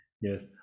Yes